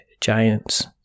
giants